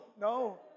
No